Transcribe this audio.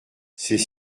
c’est